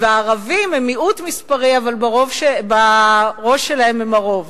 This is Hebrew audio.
והערבים הם מיעוט מספרי אבל בראש שלהם הם הרוב.